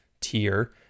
tier